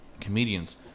comedians